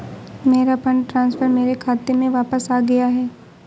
मेरा fund transfer मेरे खाते में वापस आ गया है